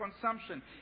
consumption